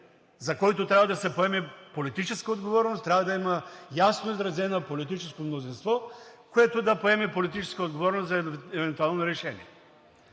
за който трябва да се поеме политическа отговорност, трябва да има ясно изразено политическо мнозинство, което да поеме политическа отговорност за евентуално решение.